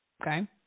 Okay